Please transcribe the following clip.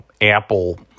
Apple